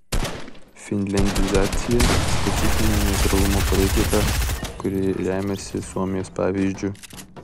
finliandizacija specifinė neutralumo politika kuri remiasi suomijos pavyzdžiu